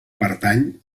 pertany